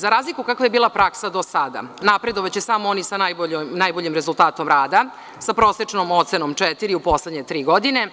Za razliku, kakva je bila praksa do sada, napredovaće samo oni sa najboljim rezultatom rada, sa prosečnom ocenom četiri u poslednje tri godine,